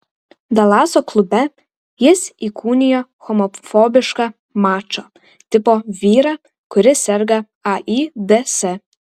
dalaso klube jis įkūnijo homofobišką mačo tipo vyrą kuris serga aids